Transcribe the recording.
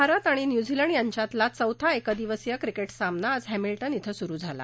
भारत आणि न्यूझीलंड यांच्यातला चौथा एकदिवसीय क्रिकेट सामना आज हॅमिल्टन इं सुरु झाला